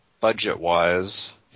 budget-wise